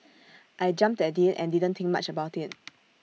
I jumped at IT and didn't think much about IT